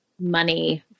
money